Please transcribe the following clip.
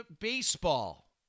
baseball